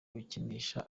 gukinisha